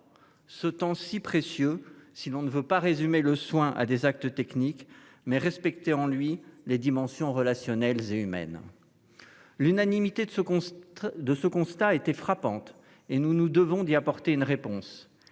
est si précieux dès lors que l'on ne veut pas résumer le soin à des actes techniques, mais respecter en lui les dimensions relationnelle et humaine. L'unanimité de ce constat était frappante et nous nous devons d'y apporter une réponse.